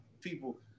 people